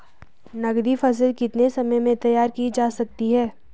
नगदी फसल कितने समय में तैयार की जा सकती है?